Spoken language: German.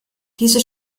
diese